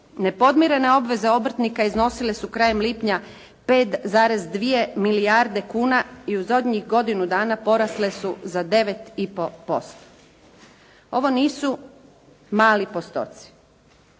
Nepodmirene obveze obrtnika iznosile su krajem lipnja 5,2 milijarde kuna i u zadnjih godinu dana porasle su za 9,5%. Ovo nisu mali postoci.